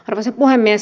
arvoisa puhemies